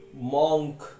monk